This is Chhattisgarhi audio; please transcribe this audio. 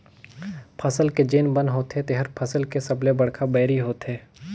फसल के जेन बन होथे तेहर फसल के सबले बड़खा बैरी होथे